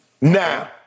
Now